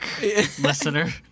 listener